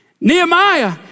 Nehemiah